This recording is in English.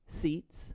seats